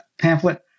pamphlet